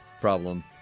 problem